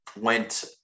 went